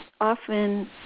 often